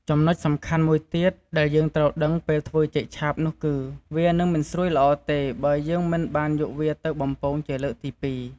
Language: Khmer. ចំណុចសំខាន់មួយទៀតដែលយើងត្រូវដឹងពេលធ្វើចេកឆាបនោះគឺ វានឹងមិនស្រួយល្អទេ បើយើងមិនបានយកវាទៅបំពងជាលើកទីពីរ។